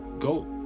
go